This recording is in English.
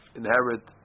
inherit